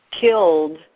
killed